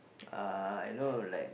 uh you know like